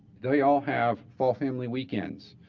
they all have fall family weekends,